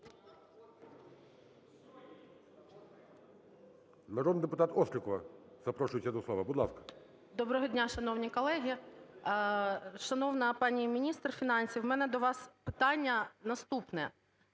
Доброго дня, шановні колеги! Шановна пані міністр фінансів, в мене до вас питання наступне.